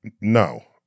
no